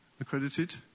accredited